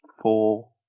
Four